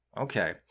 Okay